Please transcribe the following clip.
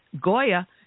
Goya